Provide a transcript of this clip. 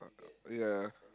ya